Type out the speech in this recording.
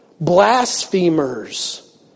blasphemers